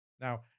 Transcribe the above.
Now